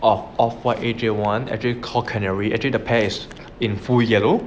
of of what A_J one actually call canary actually the pair is in full yellow